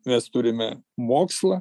mes turime mokslą